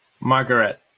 Margaret